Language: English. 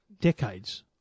decades